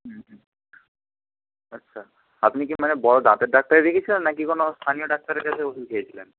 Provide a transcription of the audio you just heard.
হুম হুম আচ্ছা আপনি কি মানে বড় দাঁতের ডাক্তারই দেখিয়েছিলেন না কি কোনো স্থানীয় ডাক্তারের কাছে ওষুধ খেয়েছিলেন